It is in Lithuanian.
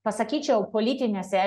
pasakyčiau politiniuose